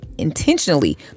Intentionally